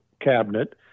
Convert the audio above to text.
cabinet